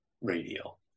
radio